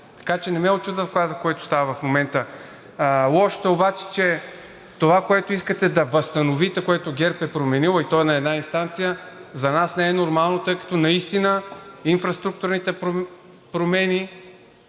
Така че не ме учудва това, което става в момента. Лошото обаче е, че това, което искате да възстановите, което ГЕРБ е променило, и то е на една инстанция, за нас не е нормално, тъй като наистина инфраструктурните промени